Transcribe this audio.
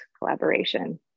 collaboration